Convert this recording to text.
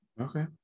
Okay